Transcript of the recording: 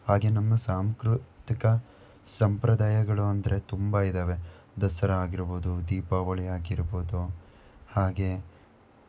ಹಾಗೆ ನಮ್ಮ ಸಾಂಸ್ಕೃತಿಕ ಸಂಪ್ರದಾಯಗಳು ಅಂದರೆ ತುಂಬ ಇದ್ದಾವೆ ದಸರಾ ಆಗಿರ್ಬೋದು ದೀಪಾವಳಿ ಆಗಿರ್ಬೋದು ಹಾಗೆ